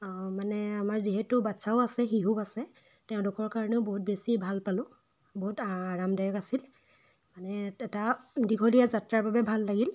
অঁ মানে আমাৰ যিহেতু বাট্চাও আছে শিশুও আছে তেওঁলোকৰ কাৰণেও বহুত বেছিয়ে ভাল পালোঁ বহুত আৰামদায়ক আছিল মানে এটা দীঘলীয়া যাত্ৰাৰ বাবে ভাল লাগিল